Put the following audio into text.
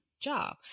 job